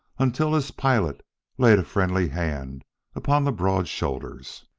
until his pilot laid a friendly hand upon the broad shoulders.